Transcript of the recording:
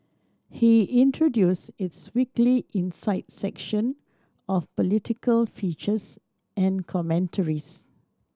he introduced its weekly insight section of political features and commentaries